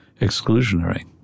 exclusionary